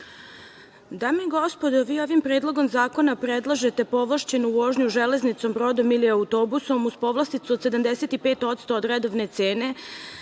Dame i gospodo, vi ovim Predlogom zakona predlažete povlašćenu vožnju železnicom, brodom ili autobusom, uz povlasticu od 75% od redovne cene